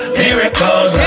miracles